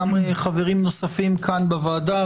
גם חברים נוספים כאן בוועדה,